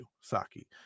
Saki